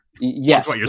yes